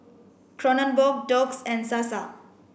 Kronenbourg Doux and Sasa